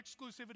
exclusivity